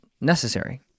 necessary